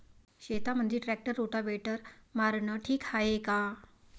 शेतामंदी tractor rotavator मारनं ठीक हाये का?